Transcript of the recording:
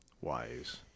wise